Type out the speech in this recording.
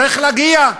צריך להגיע.